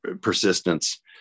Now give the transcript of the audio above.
persistence